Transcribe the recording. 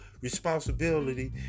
responsibility